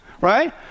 right